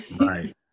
Right